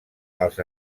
als